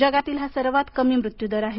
जगातील हा सर्वांत कमी मृत्यूदर आहे